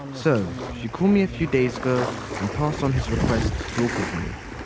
um so and you know she called me a few days ago and passed on his request to talk with me.